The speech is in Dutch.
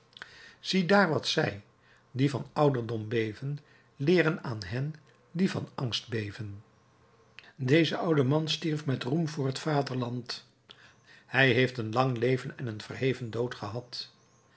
ziedaar wat zij die van ouderdom beven leeren aan hen die van angst beven deze oude man stierf met roem voor het vaderland hij heeft een lang leven en een verheven dood gehad